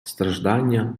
страждання